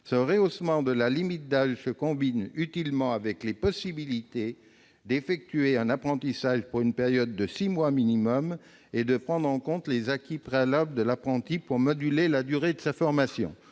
Ce rehaussement de la limite d'âge se combine utilement avec les possibilités d'effectuer un apprentissage pour une période de six mois minimum et de prendre en compte les acquis préalables de l'apprenti pour moduler la durée de sa formation.